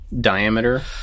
diameter